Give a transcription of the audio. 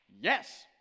yes